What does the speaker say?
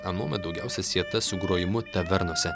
anuomet daugiausia sieta su grojimu tavernose